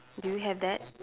do you have that